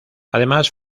además